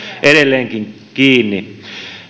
edelleenkin kiinni